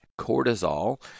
Cortisol